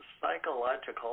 psychological